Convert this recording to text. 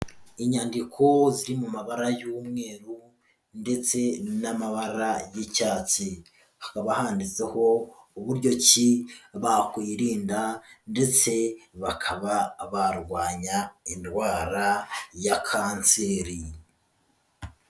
Inyandiko ziri mu mabara y'umweru ndetse n'amabara y'icyatsi. Hakaba handitseho uburyo ki bakwirinda, ndetse bakaba barwanya indwara ya kanseri.